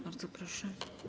Bardzo proszę.